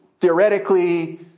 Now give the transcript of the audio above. theoretically